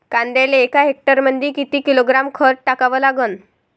कांद्याले एका हेक्टरमंदी किती किलोग्रॅम खत टाकावं लागन?